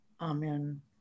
Amen